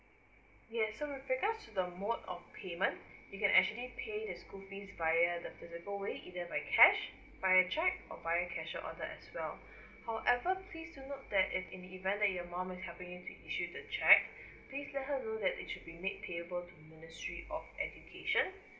yes so with regards to the mode of payment you can actually pay the school fees via the physical way either by cas via cheque or via cashier's order as well however please do note that in the event that your mum is helping you to issue the cheque please let her know that it should be make payable to ministry of education